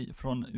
från